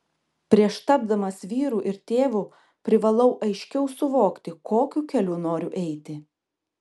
prieš tapdamas vyru ir tėvu privalau aiškiau suvokti kokiu keliu noriu eiti